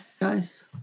Nice